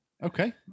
Okay